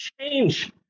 change